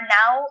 now